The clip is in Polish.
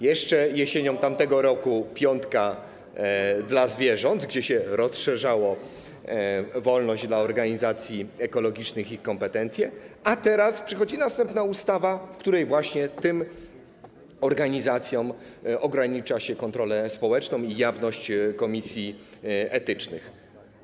Jeszcze jesienią tamtego roku była piątka dla zwierząt, gdzie rozszerzało się wolność dla organizacji ekologicznych i ich kompetencje, a teraz przychodzi następna ustawa, w której właśnie tym organizacjom ogranicza się kontrolę społeczną i jawność komisji etycznych.